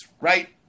right